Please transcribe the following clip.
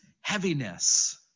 heaviness